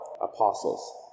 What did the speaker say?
apostles